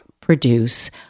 produce